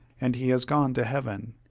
and he has gone to heaven.